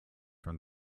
from